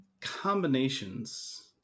combinations